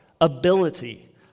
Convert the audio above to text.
ability